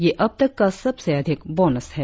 यह अब तक सबसे अधिक बोनस है